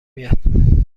میاد